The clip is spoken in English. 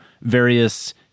various